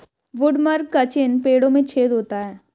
woodworm का चिन्ह पेड़ों में छेद होता है